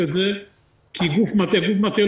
איך מל"ח אמור להתמודד עם מצב כזה בהינתן כמו